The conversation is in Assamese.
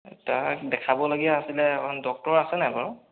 তাক দেখাবলগীয়া আছিলে অকণমান ডক্টৰ আছে নাই বাৰু